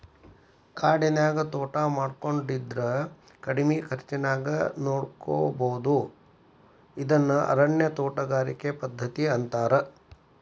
ಕಾಡಿನ್ಯಾಗ ತೋಟಾ ಮಾಡೋದ್ರಿಂದ ಕಡಿಮಿ ಖರ್ಚಾನ್ಯಾಗ ನೋಡ್ಕೋಬೋದು ಇದನ್ನ ಅರಣ್ಯ ತೋಟಗಾರಿಕೆ ಪದ್ಧತಿ ಅಂತಾರ